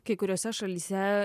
kai kuriose šalyse